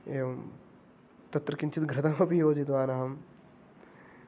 एवं तत्र किञ्चित् घृतमपि योजितवान् अहं